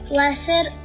Blessed